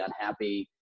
unhappy